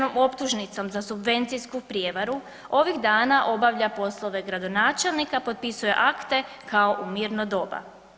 optužnicom za subvencijsku prijevaru ovih dana obavlja poslove gradonačelnika, potpisuje akte kao u mirno doba.